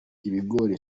ibigori